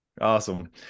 awesome